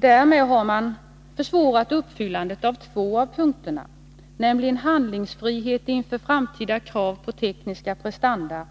Därmed har man försvårat uppfyllandet av två av punkterna, nämligen handlingsfrihet inför framtida krav på tekniska prestanda